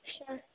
अच्छा